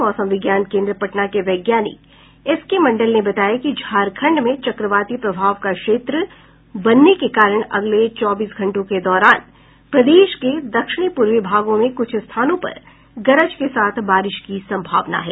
मौसम विज्ञान केन्द्र पटना के वैज्ञानिक एस के मंडल ने बताया कि झारखंड में चक्रवाती प्रभाव का क्षेत्र बनने के कारण अगले चौबीस घंटों के दौरान प्रदेश के दक्षिण पूर्वी भागों में कुछ स्थानों पर गरज के साथ बारिश की सम्भावना है